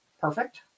perfect